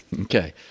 Okay